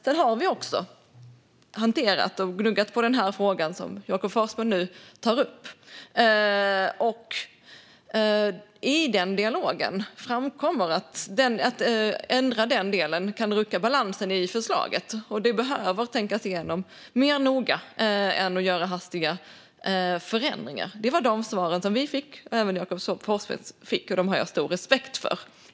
Vi har också hanterat och gnuggat den fråga som Jakob Forssmed nu tar upp. I den dialogen framkommer att en ändring av den delen kan rucka på balansen i förslaget. Detta behöver man tänka igenom mer noggrant i stället för att göra hastiga förändringar. Det var de svar vi, även Jakob Forssmed, fick, och dem har jag stor respekt för.